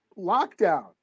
lockdown